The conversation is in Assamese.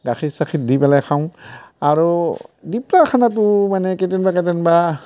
গাখীৰ চাখীৰ দি পেলাই খাওঁ আৰু দিপৰাৰ খানাটো মানে কেটেনবা কেটেনবা